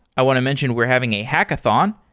i want to mention where having a hackathon.